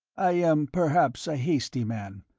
i am perhaps a hasty man.